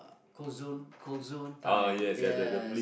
call zone call zone time yes